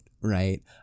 Right